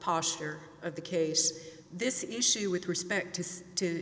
posture of the case this issue with respect to to